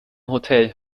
hotel